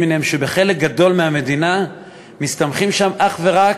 ובחלק גדול מהמדינה מסתמכים אך ורק